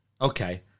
okay